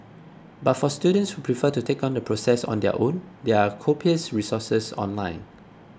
but for students who prefer to take on the process on their own there are copious resources online